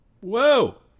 Whoa